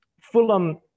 Fulham